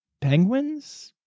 penguins